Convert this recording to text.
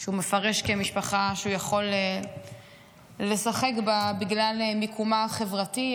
שהוא מפרש כמשפחה שהוא יכול לשחק בה בגלל מיקומה החברתי,